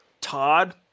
Todd